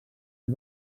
ser